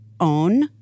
own